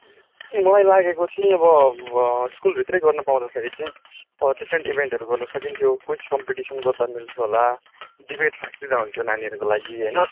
मलाई लागेको चाहिँ अब स्कुलभित्रै गर्नु पाउँदाखेरि चाहिँ डिफ्रेन्ट इभेन्टहरू गर्न सकिन्थ्यो क्विज कम्पिटिसन गर्दा मिल्थ्यो होला डिबेट राखदिँदा हुन्थ्यो नानीहरूको लागि होइन